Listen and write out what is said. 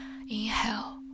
inhale